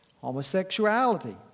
Homosexuality